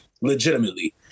legitimately